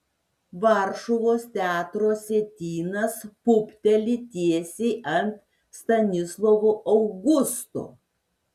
varšuvos teatro sietynas pūpteli tiesiai ant stanislovo augusto